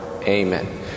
Amen